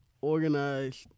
organized